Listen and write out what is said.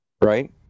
Right